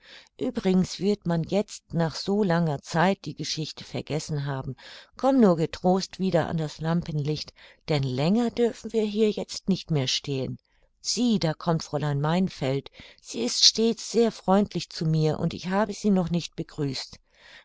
uebrigens wird man jetzt nach so langer zeit die geschichte vergessen haben komm nur getrost wieder an das lampenlicht denn länger dürfen wir hier jetzt nicht mehr stehen sieh da kommt fräulein meynfeld sie ist stets sehr freundlich zu mir und ich habe sie noch nicht begrüßt